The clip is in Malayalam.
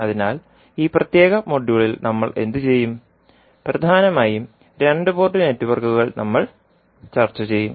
അതിനാൽ ഈ പ്രത്യേക മൊഡ്യൂളിൽ നമ്മൾ എന്തുചെയ്യും പ്രധാനമായും രണ്ട് പോർട്ട് നെറ്റ്വർക്കുകൾ നമ്മൾ ചർച്ച ചെയ്യും